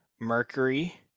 Mercury